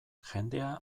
jendea